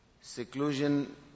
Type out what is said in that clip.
Seclusion